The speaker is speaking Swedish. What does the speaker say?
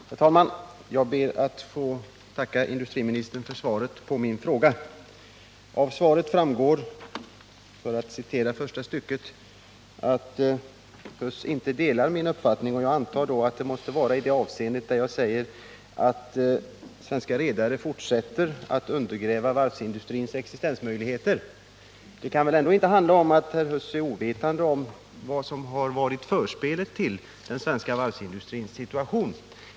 Herr talman! Jag ber att få tacka industriministern för svaret på min fråga. Av svaret framgår att herr Huss inte delar min uppfattning. Jag antar att herr Huss avser det avsnitt i min fråga där jag säger att ”Svenska rederier fortsätter att undergräva den svenska varvsindustrins existensmöjligheter”. För det kan väl ändå inte vara så att herr Huss är ovetande om förspelet till den svenska varvsindustrins situation.